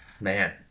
Man